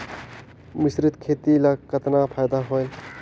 मिश्रीत खेती ल कतना फायदा होयल?